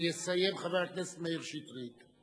ויסיים חבר הכנסת מאיר שטרית.